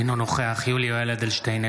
אינו נוכח יולי יואל אדלשטיין,